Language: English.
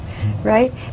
right